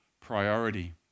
priority